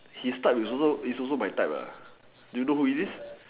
his type is also my type do you know who is this